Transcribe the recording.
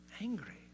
Angry